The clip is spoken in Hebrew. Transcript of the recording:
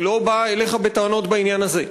אני לא בא אליך בטענות בעניין הזה.